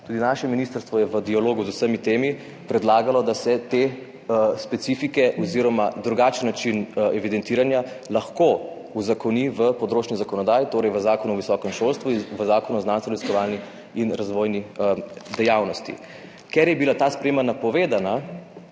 Tudi naše ministrstvo je v dialogu z vsemi temi predlagalo, da se te specifike oziroma drugačen način evidentiranja lahko uzakoni v področni zakonodaji, torej v Zakonu o visokem šolstvu in v Zakonu o znanstvenoraziskovalni in inovacijski dejavnosti. Ker je bila ta sprememba napovedana,